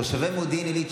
תושבי מודיעין עילית,